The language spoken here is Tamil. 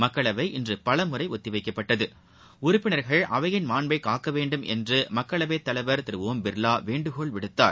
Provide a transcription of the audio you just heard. மக்களவை இன்று பலமுறை ஒத்தி வைக்கப்பட்டது உறுப்பினர்கள் அவையின் மாண்பைக் மக்களவைத் தலைவர் திரு ஒம் பிர்லா வேண்டுகோள் விடுத்தார்